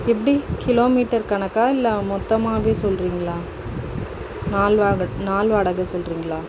எப்படி கிலோமீட்டர் கணக்காக இல்லை மொத்தமாகவே சொல்றிங்களா நாள் வாடகை நாள் வாடகை சொல்றிங்களா